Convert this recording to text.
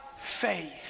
faith